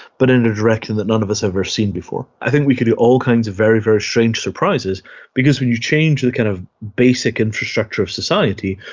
but in a direction that none of us have ever seen before? i think we could do all kinds of very, very strange surprises because when you change the kind of basic infrastructure of society,